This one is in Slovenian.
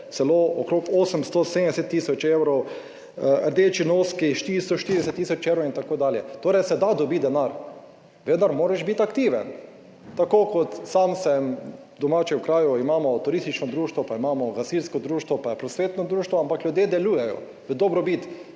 celo okrog 870.000 evrov, Rdeči noski 440.000 evrov in tako dalje. Torej se da dobiti denar, vendar moraš biti aktiven, tako kot sam sem domači v kraju imamo turistično društvo, pa imamo gasilsko društvo, pa je prosvetno društvo, ampak ljudje delujejo v dobrobit,